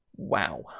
Wow